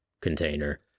container